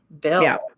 bill